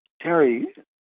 Terry